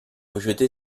rejeté